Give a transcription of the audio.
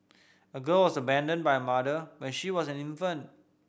a girl was abandoned by mother when she was an infant